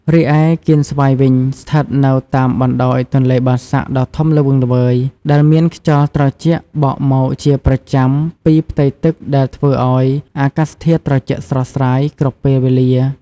រីឯកៀនស្វាយវិញ ស្ថិតនៅតាមបណ្តោយទន្លេបាសាក់ដ៏ធំល្វឹងល្វើយ ដែលមានខ្យល់ត្រជាក់បក់មកជាប្រចាំពីផ្ទៃទឹកដែលធ្វើឲ្យអាកាសធាតុត្រជាក់ស្រស់ស្រាយគ្រប់ពេលវេលា។